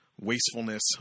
wastefulness